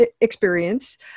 experience